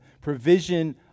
provision